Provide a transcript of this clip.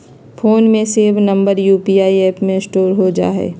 phone में save number UPI app में store हो जा हई